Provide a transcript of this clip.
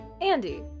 Andy